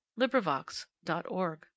LibriVox.org